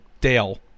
Dale